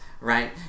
right